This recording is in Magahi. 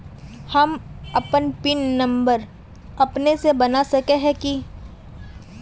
हम अपन पिन नंबर अपने से बना सके है की?